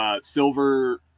silver